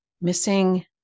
missing